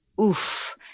Oof